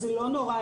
אז לא נורא,